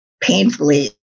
painfully